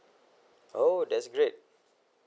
oh that's great